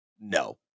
No